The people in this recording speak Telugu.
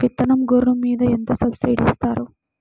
విత్తనం గొర్రు మీద ఎంత సబ్సిడీ ఇస్తారు?